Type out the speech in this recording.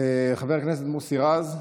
חבר הכנסת מוסי רז.